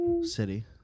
City